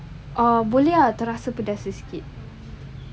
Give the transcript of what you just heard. err boleh ah terasa pedas sikit-sikit